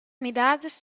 midadas